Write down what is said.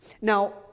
Now